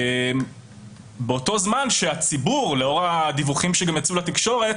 באותו זמן שהציבור, לאור הדיווחים שיצאו לתקשורת,